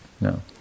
no